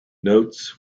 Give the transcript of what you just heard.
notes